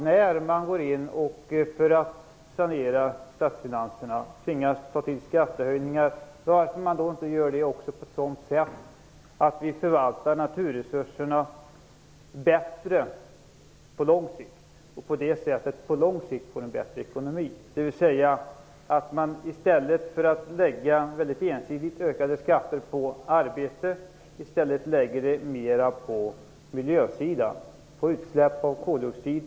När man går in för att sanera statsfinanserna och tvingas ta till skattehöjningar, varför har man då denna ovilja att göra det på ett sådant sätt att vi förvaltar naturresurserna bättre och på lång sikt får en bättre ekonomi? I stället för att ensidigt lägga ökade skatter på arbete, lägger man dem på miljösidan, på utsläpp av koldioxid.